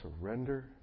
surrender